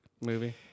movie